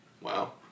Wow